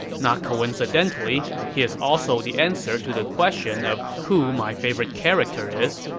not coincidentally, he is also the answer to the question of who my favorite character is,